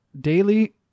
daily